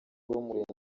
w’umurenge